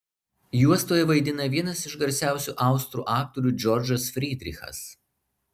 juostoje vaidina vienas iš garsiausių austrų aktorių džordžas frydrichas